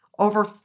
over